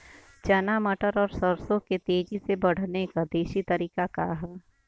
चना मटर और सरसों के तेजी से बढ़ने क देशी तरीका का ह?